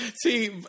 See